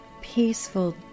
peaceful